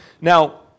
Now